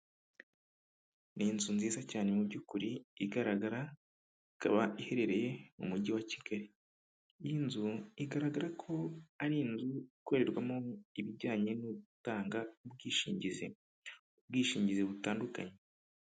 Ni inzu nziza cyane mu byukuri igaragara ikaba iherereye mu mujyi wa kigali iyi nzu igaragara ko ari inzu ikorerwamo ibijyanye no gutanga ubwishingizi, ubwishingizi butandukanye.